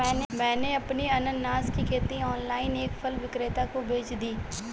मैंने अपनी अनन्नास की खेती ऑनलाइन एक फल विक्रेता को बेच दी